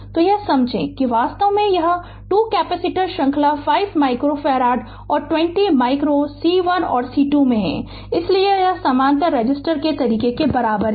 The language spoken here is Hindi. तो यह समझें कि वास्तव में यह 2 कैपेसिटर श्रृंखला 5 माइक्रोफ़ारड और 20 माइक्रो C1 और C2 में हैं इसलिए यह समानांतर रेसिस्टर के तरीके के बराबर है